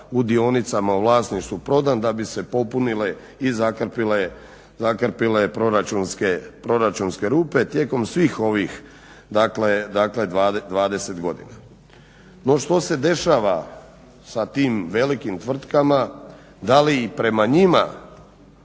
u dionicama u vlasništvu prodan da bi se popunile i zakrpile proračunske rupe tijekom svih ovih 20 godina. No što se dešava sa tim velikim tvrtkama, da li i prema njima